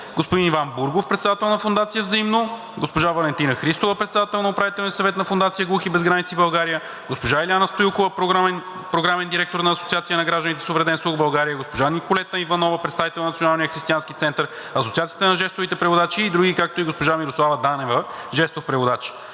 господин Иван Бургов – председател на фондация „Взаимно“; госпожа Валентина Христова – председател на Управителния съвет на Фондация „Глухи без граници – България“; госпожа Илияна Стоилкова – програмен директор на Асоциация на гражданите с увреден слух в България; госпожа Николета Иванова – представител на Национален християнски център, Асоциацията на жестовите преводачи и други, както и госпожа Мирослава Данева – жестов преводач.